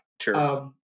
Sure